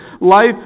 life